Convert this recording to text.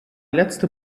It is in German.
letzte